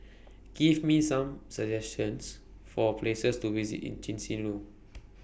Give Me Some suggestions For Places to visit in Chisinau